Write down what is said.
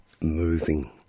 moving